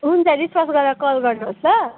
हुन्छ रिसर्स गरेर कल गर्नुहोस् ल